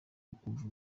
ukumva